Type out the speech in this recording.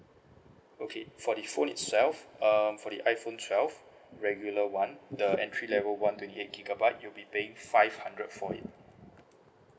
okay for the phone itself uh for the iphone twelve regular one the entry level one twenty eight gigabyte you'll be paying five hundred for it